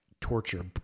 torture